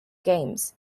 games